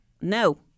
No